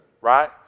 right